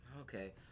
Okay